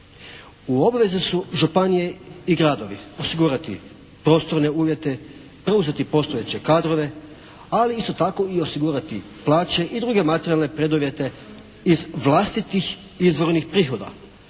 U obaveze su županije i gradovi osigurati prostorne uvjete, preuzeti postojeće kadrove, ali isto tako i osigurati plaće i druge materijalne preduvjete iz vlastitih izvornih prihoda